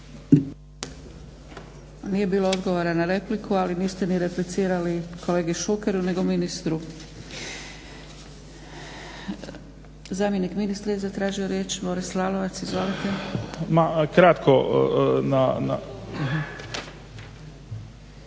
Nije bilo odgovora na repliku ali niste ni replicirali kolegi Šukeru nego ministru. Zamjenik ministra je zatražio riječ. Boris Lalovac, izvolite. **Lalovac,